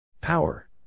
Power